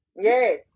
Yes